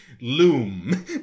loom